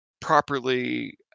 properly